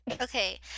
Okay